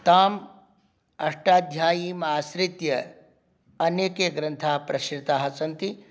ताम् अष्टाध्यायीमाश्रित्य अनेके ग्रन्थाः प्रसिद्धाः सन्ति